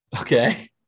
okay